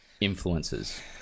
influences